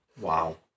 Wow